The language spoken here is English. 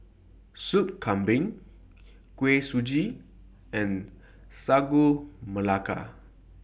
Soup Kambing Kuih Suji and Sagu Melaka